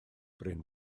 bryn